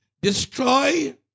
Destroy